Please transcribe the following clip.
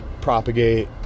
propagate